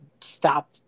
stop